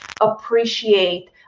appreciate